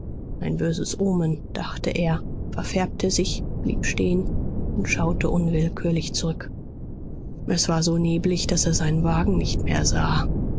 ein böses omen dachte er verfärbte sich blieb stehen und schaute unwillkürlich zurück es war so neblig daß er seinen wagen nicht mehr sah